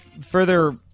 further